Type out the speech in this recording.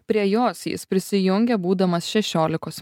prie jos jis prisijungė būdamas šešiolikos